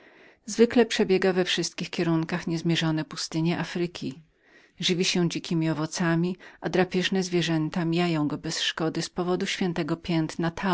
zwykle przebiega we wszystkich kierunkach niezmierzone pustynie afryki żywi się dzikiemi owocami a drapieżne zwierzęta mijają go bez szkody z powodu świętego piętna